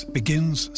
begins